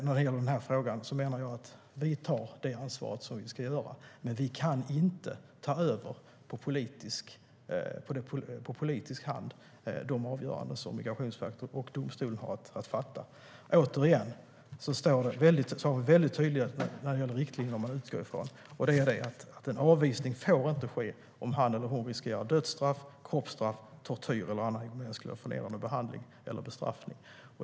När det gäller den här frågan menar jag i sak att vi tar det ansvar vi ska. Vi kan dock inte på politisk nivå ta över de avgöranden Migrationsverket och domstol har att fatta. Återigen: Vi har tydliga riktlinjer att utgå ifrån, och det är att en avvisning inte får ske om han eller hon riskerar dödsstraff, kroppsstraff, tortyr eller annan omänsklig och förnedrande behandling eller bestraffning.